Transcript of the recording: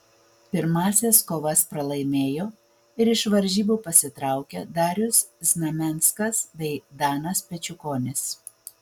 pirmąsias kovas pralaimėjo ir iš varžybų pasitraukė darius znamenskas bei danas pečiukonis